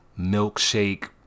milkshake